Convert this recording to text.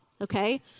okay